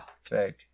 Fake